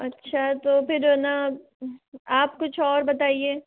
अच्छा तो फिर ना आप कुछ और बताइए